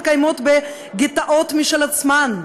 הן מתקיימות בגטאות משל עצמן,